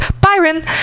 byron